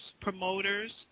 promoters